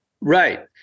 Right